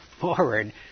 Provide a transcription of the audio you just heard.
forward